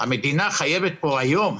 המדינה חייבת היום,